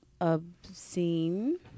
obscene